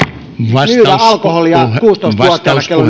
myyvän alkoholia kuusitoista vuotiaana kello